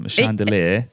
Chandelier